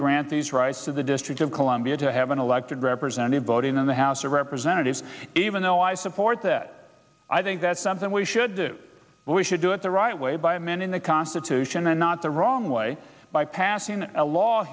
grant these rights of the district of columbia to have an elected representative vote in the house of representatives even though i support that i think that's something we should do but we should do it the right way by amending the constitution and not the wrong way by passing a law